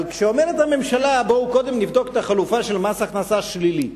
אבל כשאומרת הממשלה: בואו קודם נבדוק את החלופה של מס הכנסה שלילי,